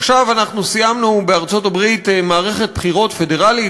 עכשיו סיימנו בארצות-הברית מערכת בחירות פדרלית.